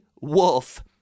wolf